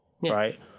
Right